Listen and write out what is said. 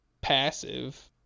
passive